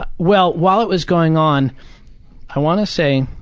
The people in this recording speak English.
ah well, while it was going on i want to say